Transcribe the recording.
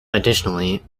additionally